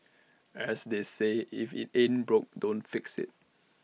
as they say if IT ain't broke don't fix IT